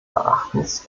erachtens